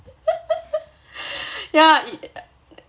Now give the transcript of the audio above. yeah